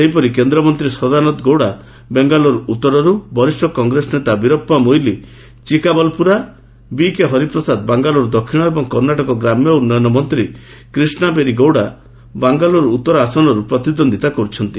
ସେହିପରି କେନ୍ଦ୍ରମନ୍ତ୍ରୀ ସଦାନନ୍ଦ ଗୌଡ଼ା ବାଙ୍ଗାଲୋର ଉତ୍ତରରୁ ବରିଷ୍ଠ କଂଗ୍ରେସ ନେତା ବିରପ୍ପା ମୋଇଲି ଚିକ୍କାବାଲପୁରା ବିକେ ହରିପ୍ରସାଦ ବାଙ୍ଗାଲୋର ଦକ୍ଷିଣ ଏବଂ କର୍ଣ୍ଣାଟକର ଗ୍ରାମ୍ୟ ଉନ୍ନୟନମନ୍ତ୍ରୀ କ୍ରିଷ୍ଣା ବେରୀ ଗୌଡ଼ା ବାଙ୍ଗାଲୋର ଉତ୍ତର ଆସନରୁ ପ୍ରତିଦ୍ୱନ୍ଦ୍ୱିତା କରୁଛନ୍ତି